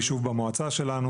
יישוב במועצה שלנו.